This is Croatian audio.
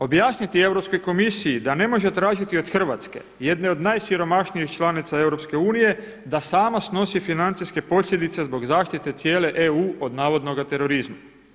Objasniti Europskoj komisiji da ne može tražiti od Hrvatske, jedne od najsiromašnijih članica EU da sama snosi financijske posljedice zbog zaštite cijele EU od navodnoga terorizma.